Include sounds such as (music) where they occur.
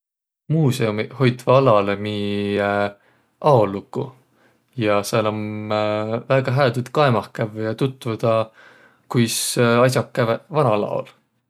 Muusõumiq hoitvaq alalõ miiq aoluku ja sääl om (hesitation) väega hää tuud kaemah kävvüq ja tutvudaq, kuis (hesitation) as'aq käveq vanal aol.